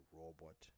robot